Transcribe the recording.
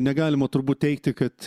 negalima turbūt teigti kad